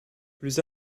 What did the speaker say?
plus